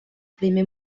primer